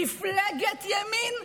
מפלגת ימין,